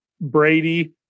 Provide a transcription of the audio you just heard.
Brady